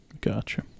Gotcha